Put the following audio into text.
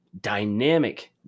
dynamic